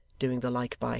doing the like by him,